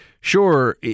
sure